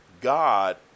God